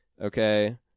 Okay